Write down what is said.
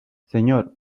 señor